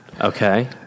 Okay